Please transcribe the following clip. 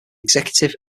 executive